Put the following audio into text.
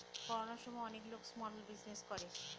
করোনার সময় অনেক লোক স্মল বিজনেস করে